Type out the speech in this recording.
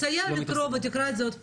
תסייע לקרוא ותקרא את זה עוד פעמיים.